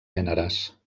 gèneres